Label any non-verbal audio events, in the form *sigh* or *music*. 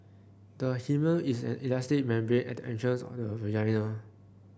the hymen is an elastic membrane at the *unintelligible*